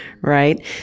right